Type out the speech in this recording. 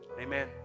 Amen